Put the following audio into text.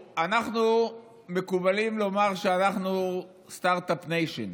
מקובל לומר שאנחנו סטרטאפ ניישן.